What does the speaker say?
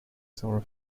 summer